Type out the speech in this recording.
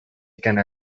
икән